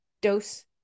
dose